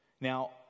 Now